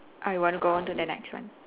I want go on to the next one